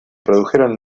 produjeron